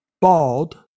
bald